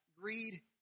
greed